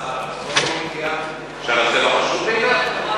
מאחר שהשר עצמו לא מגיע, שהנושא לא חשוב בעיניו?